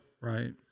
Right